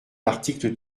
l’article